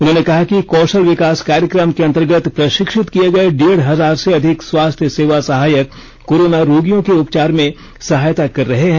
उन्होंने कहा कि कौशल विकास कार्यक्रम के अंतर्गत प्रशिक्षित किए गए ड़ेढ़ हजार से अधिक स्वास्थ्य सेवा सहायक कोरोना रोगियों के उपचार में सहायता कर रहे हैं